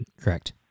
Correct